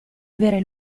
avere